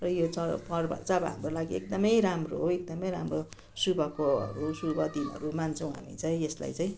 र यो चाडपर्व चाहिँ अब हाम्रो लागि एकदमै राम्रो हो एकदमै राम्रो शुभकोहरू शुभ दिनहरू मान्छौँ हामी चाहिँ यसलाई चाहिँ